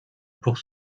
pour